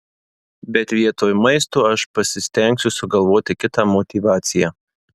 bet vietoj maisto aš pasistengsiu sugalvoti kitą motyvaciją